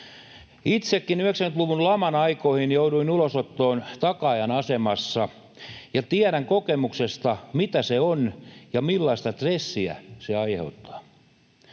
Itsekin 90-luvun laman aikoihin jouduin ulosottoon takaajan asemassa, ja tiedän kokemuksesta, mitä se on ja millaista stressiä se aiheuttaa.